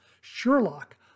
Sherlock